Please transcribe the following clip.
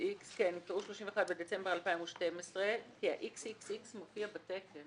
יקראו "י"ח בטבת התשע"ג (31 בדצמבר 2012)"; xxx גם מופיע בתקן